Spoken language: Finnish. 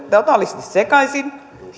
totaalisesti sekaisin